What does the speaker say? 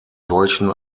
solchen